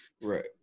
Right